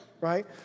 right